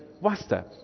wasta